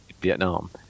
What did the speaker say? vietnam